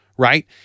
Right